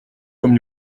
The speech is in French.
comme